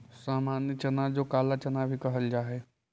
सामान्य चना जो काला चना भी कहल जा हई